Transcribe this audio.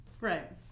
Right